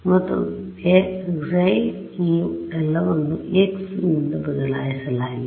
ಮತ್ತು χ ಈ ಎಲ್ಲವನ್ನು x ನಿಂದ ಬದಲಾಯಿಸಲಾಗಿದೆ